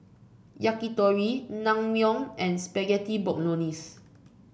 Yakitori Naengmyeon and Spaghetti Bolognese